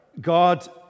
God